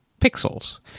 pixels